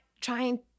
trying